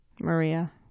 Maria